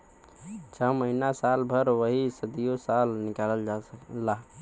छ महीना साल भर वाहे सदीयो साल निकाल ला